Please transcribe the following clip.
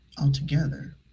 altogether